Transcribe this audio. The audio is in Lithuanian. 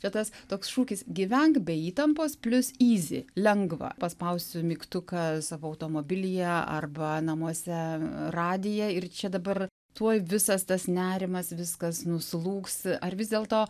čia tas toks šūkis gyvenk be įtampos plius yzi lengva paspausiu mygtuką savo automobilyje arba namuose radiją ir čia dabar tuoj visas tas nerimas viskas nuslūgs ar vis dėlto